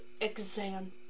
exam